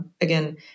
again